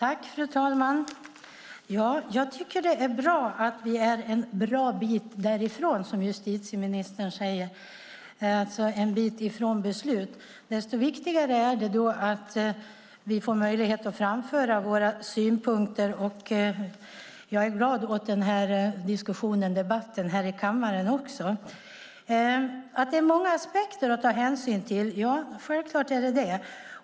Fru talman! Jag tycker att det är bra att vi är en bra bit därifrån, som justitieministern säger, alltså en bit ifrån beslut. Desto viktigare är det då att vi får möjlighet att framföra våra synpunkter, och jag är glad åt den här diskussionen och debatten här i kammaren. Ja, det är självklart många aspekter att ta hänsyn till.